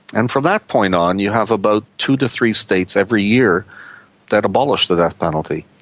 and from that point on you have about two to three states every year that abolish the death penalty.